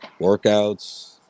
workouts